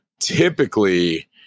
Typically